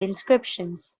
inscriptions